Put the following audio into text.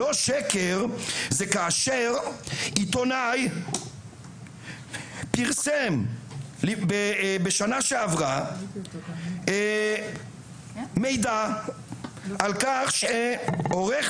לא שקר זה כאשר עיתונאי פרסם בשנה שעברה מידע על כך שעורך